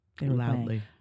Loudly